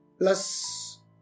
Plus